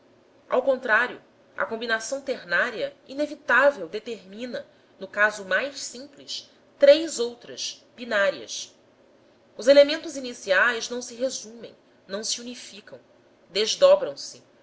ao contrário a combinação ternária inevitável determina no caso mais simples três outras binárias os elementos iniciais não se resumem não se unificam desdobram se